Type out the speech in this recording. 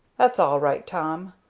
that's all right, tom,